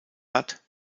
hat